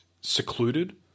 secluded